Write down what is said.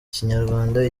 ikinyarwanda